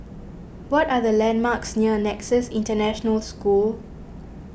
what are the landmarks near Nexus International School